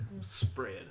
spread